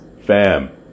fam